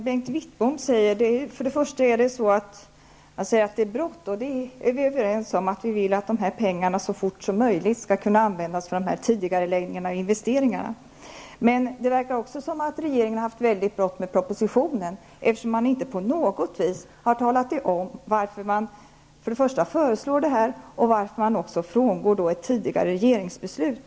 Herr talman! Bengt Wittbom säger att det är bråttom, och vi är överens om att pengarna skall så fort som möjligt användas för tidigareläggning av investeringarna. Men det verkar som om regeringen har haft bråttom med propositionen. Man har inte på något vis talat om varför man lägger detta förslag och varför man frångår ett tidigare regeringsbeslut.